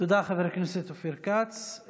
תודה, חבר הכנסת אופיר כץ.